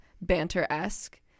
banter-esque